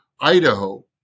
Idaho